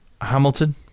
Hamilton